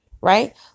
right